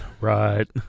Right